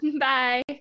bye